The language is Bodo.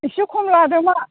इसे खम लादो मा